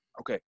Okay